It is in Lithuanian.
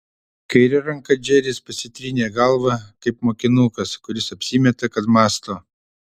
kaire ranka džeris pasitrynė galvą kaip mokinukas kuris apsimeta kad mąsto